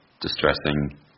distressing